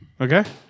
Okay